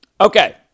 Okay